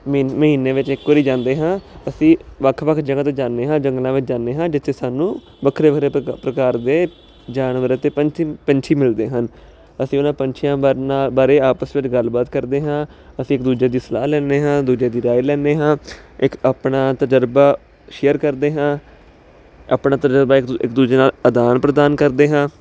ਮਹੀਨੇ ਵਿੱਚ ਇੱਕ ਵਾਰੀ ਜਾਂਦੇ ਹਾਂ ਅਸੀਂ ਵੱਖ ਵੱਖ ਜਗ੍ਹਾ ਤੇ ਜਾਨੇ ਹਾਂ ਜੰਗਲਾਂ ਵਿੱਚ ਜਾਂਦੇ ਹਾਂ ਜਿੱਥੇ ਸਾਨੂੰ ਵੱਖਰੇ ਵੱਖਰੇ ਪਰ ਪ੍ਰਕਾਰ ਦੇ ਜਾਨਵਰਾਂ ਅਤੇ ਪਛ ਪੰਛੀ ਮਿਲਦੇ ਹਨ ਅਸੀਂ ਉਹਨਾਂ ਪੰਛੀਆਂ ਵਰਨਾ ਬਾਰੇ ਆਪਸ ਵਿੱਚ ਗੱਲਬਾਤ ਕਰਦੇ ਹਾਂ ਅਸੀਂ ਇੱਕ ਦੂਜੇ ਦੀ ਸਲਾਹ ਲੈਦੇ ਹਾਂ ਦੂਜੇ ਦੀ ਰਾਏ ਲੈਦੇ ਹਾਂ ਇੱਕ ਆਪਣਾ ਤਜਰਬਾ ਸ਼ੇਅਰ ਕਰਦੇ ਹਾਂ ਆਪਣਾ ਤਜਰਬਾ ਇੱਕ ਦੂਜੇ ਨਾਲ ਆਦਾਨ ਪ੍ਰਦਾਨ ਕਰਦੇ ਹਾਂ